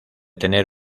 tener